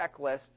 checklist